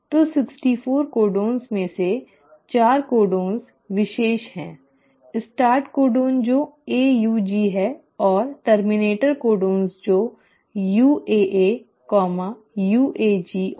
तो 64 कोडन में से 4 कोडन विशेष हैं स्टार्ट कोडन जो AUG है और टर्मिनेटर कोडन जो UAA UAG और UGA हैं